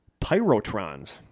Pyrotrons